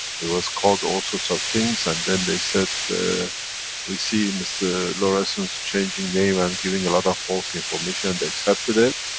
it was called also some things, and then they said. we see mr laureyssens changing name and giving a lot of false information and they accepted it.